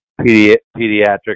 pediatric